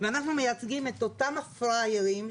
ואנחנו מייצגים את אותם הפראיירים,